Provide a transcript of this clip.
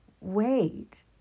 Wait